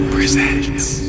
Presents